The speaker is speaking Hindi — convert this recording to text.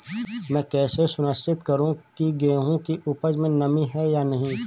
मैं कैसे सुनिश्चित करूँ की गेहूँ की उपज में नमी है या नहीं?